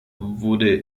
wurde